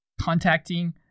contacting